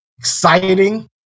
Exciting